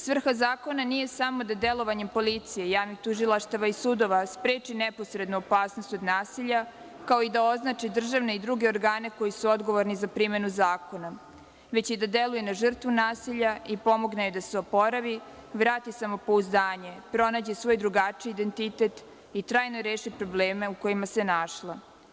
Svrha zakona nije samo da delovanjem policije, javnog tužilaštava i sudova spreči neposrednu opasnost od nasilja, kao i da označi državne i druge organe koji su odgovorni za primenu zakona, već i da deluje na žrtvu nasilja i pomogne joj da se oporavi, vrati samopouzdanje, pronađe svoj drugačiji identitet i trajno reši probleme u kojima se našla.